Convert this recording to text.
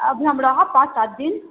अभी हम रहब पाँच सात दिन